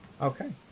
Okay